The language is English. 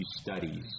studies